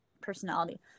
personality